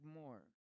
more